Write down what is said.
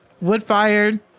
wood-fired